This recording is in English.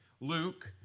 Luke